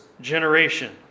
generation